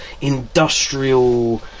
industrial